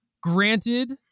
granted